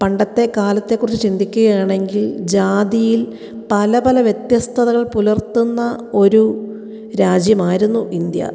പണ്ടത്തെ കാലത്തെ കുറിച്ച് ചിന്തിക്കുകയാണെങ്കിൽ ജാതിയിൽ പല പല വ്യത്യസ്തതകൾ പുലർത്തുന്ന ഒരു രാജ്യമായിരുന്നു ഇന്ത്യ